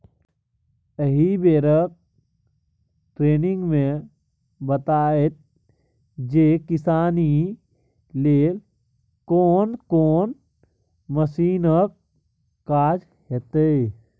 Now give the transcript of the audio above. एहि बेरक टिरेनिंग मे बताएत जे किसानी लेल कोन कोन मशीनक काज हेतै